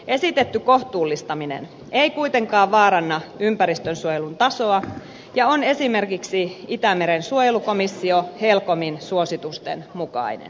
esitetty kohtuullistaminen ei kuitenkaan vaaranna ympäristönsuojelun tasoa ja on esimerkiksi itämeren suojelukomissio helcomin suositusten mukainen